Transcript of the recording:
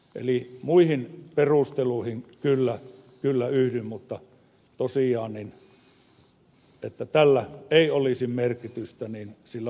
eli muihin perusteluihin kyllä yhdyn mutta tosiaan että tällä ei olisi merkitystä niin sillä varmasti on